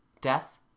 Death